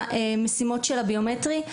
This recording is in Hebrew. למשימות של הביומטרי.